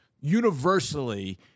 universally